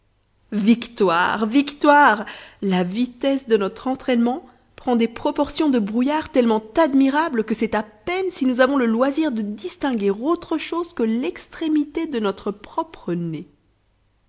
victoire victoire la vitesse de notre entraînement prend des proportions de brouillard tellement admirables que c'est à peine si nous avons le loisir de distinguer autre chose que l'extrémité de notre propre nez